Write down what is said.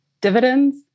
dividends